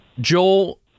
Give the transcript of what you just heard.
Joel